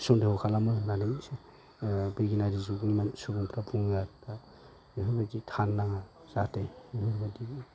सन्देह' खालामो होननानै बिगियाननारि सुबुंफोरा बुङो आरो दा बेफोरबादि थानो नाङा जाहाथे